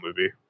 movie